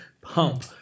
pump